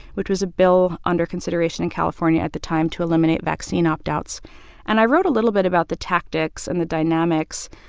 which was a bill under consideration in california at the time to eliminate vaccine opt-outs and i wrote a little bit about the tactics and the dynamics,